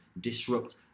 disrupt